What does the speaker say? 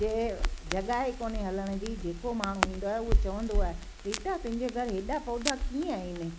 जे जॻहि ई कोन्हे हलण जी जेको माण्हू ईंदो आहे उहो चवंदो आहे रीटा तुंहिंजे घरु हेॾा पौधा कीअं आहिनि